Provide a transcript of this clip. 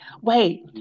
Wait